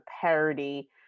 parody